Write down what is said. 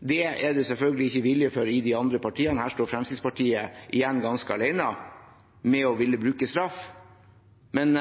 Det er det selvfølgelig ikke vilje til i de andre partiene. Fremskrittspartiet står igjen ganske alene om å ville bruke straff. Men